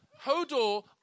Hodor